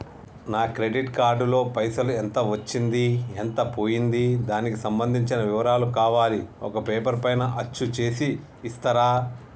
నా credit card లో పైసలు ఎంత వచ్చింది ఎంత పోయింది దానికి సంబంధించిన వివరాలు కావాలి ఒక పేపర్ పైన అచ్చు చేసి ఇస్తరా?